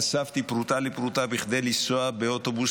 אספתי פרוטה לפרוטה בכדי לנסוע באוטובוס